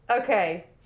Okay